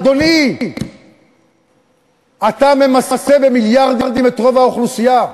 אדוני, אתה ממסה במיליארדים את רוב האוכלוסייה.